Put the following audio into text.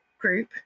group